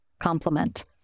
compliment